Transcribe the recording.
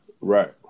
right